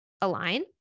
align